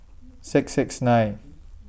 six six nine